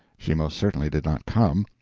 she most certainly did not come,